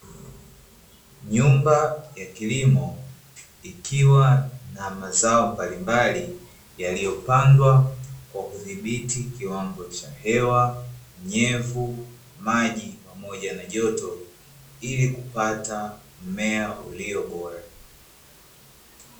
Nyumba ya kilimo ikiwa na mazao mbalimbali yaliyopandwa kwa kudhiti kiwango cha hewa, unyevu, maji, pamoja na joto; ili kupata mmea ulio bora.